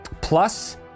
plus